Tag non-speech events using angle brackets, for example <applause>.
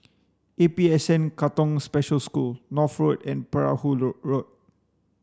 A P S N Katong Special School North food and Perahu <unintelligible> Road